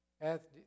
hath